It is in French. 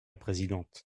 présidente